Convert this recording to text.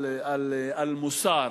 על מוסר?